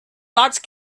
large